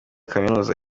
kaminuza